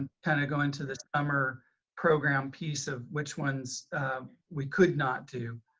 kind of go into the summer program piece of which ones we could not do.